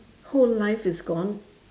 whole life is gone